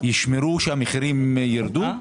ישמרו שהמחירים ירדו?